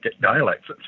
dialects